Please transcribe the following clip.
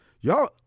y'all